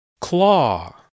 Claw